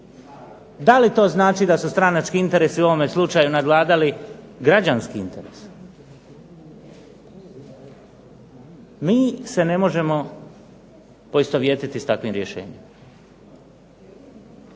Da li to znači da su stranački interesi u ovome slučaju nadvladali građanski interes? Mi se ne možemo poistovjetiti s takvim rješenjem.